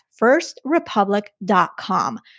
firstrepublic.com